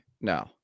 No